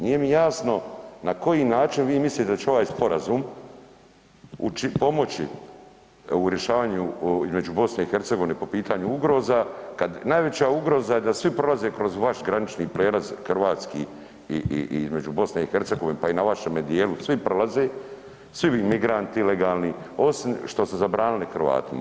Nije mi jasno na koji način vi mislite da će ovaj sporazum pomoći u rješavanju između BiH-a po pitanju ugroza kad najveća ugroza da svi prolaze kroz vaš granični prijelaz, hrvatski i između BiH-a pa i na vašemu djelu, svi prolaze, svi ovi migranti ilegalni osim što ste zabranili Hrvatima.